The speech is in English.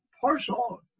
partial